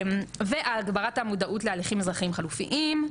הגברת המודעות להליכים אזרחים חלופיים.